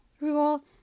rule